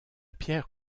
pierre